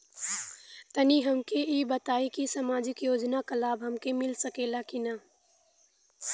तनि हमके इ बताईं की सामाजिक योजना क लाभ हमके मिल सकेला की ना?